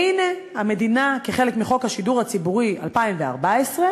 והנה, המדינה, כחלק מחוק השידור הציבורי, 2014,